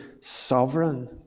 sovereign